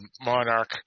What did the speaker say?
Monarch